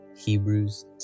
Hebrews